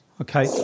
Okay